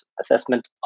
assessment